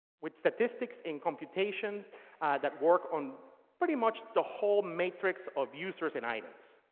with statistics and computations that work on pretty much the whole matrix of users and items.